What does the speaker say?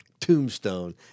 tombstone